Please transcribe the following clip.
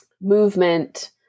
movement